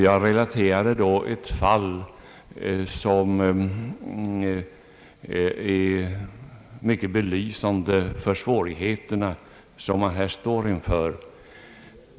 Jag relaterade då ett fall som var mycket belysande för de svårigheter som man här står inför.